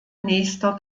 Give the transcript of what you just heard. nächster